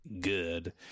good